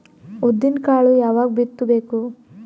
ಉದ್ದಿನಕಾಳು ಯಾವಾಗ ಬಿತ್ತು ಬೇಕು?